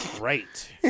right